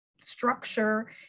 structure